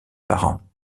parents